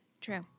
True